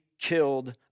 killed